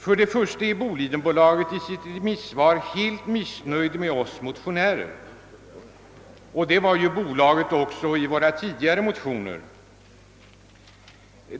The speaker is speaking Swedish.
Först och främst är Bolidenbolaget i sitt remissvar helt missnöjt med oss motionärer — och det var ju bolaget också när det gällde våra tidigare motioner.